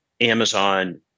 Amazon